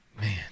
man